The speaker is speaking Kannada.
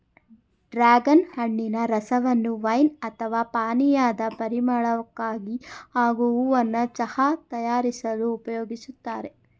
ಡ್ರಾಗನ್ ಹಣ್ಣಿನ ರಸವನ್ನು ವೈನ್ ಅಥವಾ ಪಾನೀಯದ ಪರಿಮಳಕ್ಕಾಗಿ ಹಾಗೂ ಹೂವನ್ನ ಚಹಾ ತಯಾರಿಸಲು ಉಪಯೋಗಿಸ್ತಾರೆ